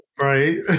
Right